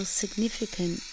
significant